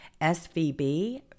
svb